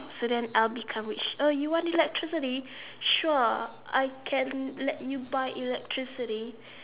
so then I'll become rich oh you want electricity sure I can let you buy electricity